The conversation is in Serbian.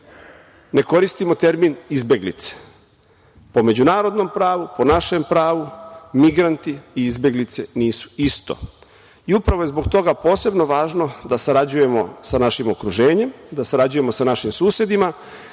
ne koristimo termin izbeglice. Po međunarodnom pravu, po našem pravu migranti i izbeglice nisu isto i upravo je zbog toga posebno važno da sarađujemo sa našim okruženjem, da sarađujemo sa našim susedima